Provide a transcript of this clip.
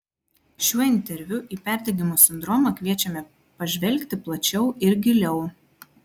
šiuo interviu į perdegimo sindromą kviečiame pažvelgti plačiau ir giliau